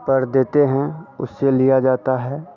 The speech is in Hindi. पर देते हैं उससे लिया जाता है